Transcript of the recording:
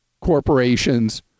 corporations